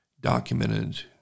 documented